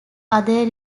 other